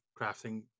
crafting